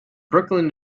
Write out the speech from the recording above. brooklyn